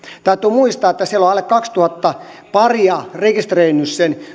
täytyy muistaa että siellä on alle kaksituhatta paria rekisteröinyt